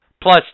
plus